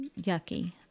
yucky